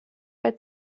bei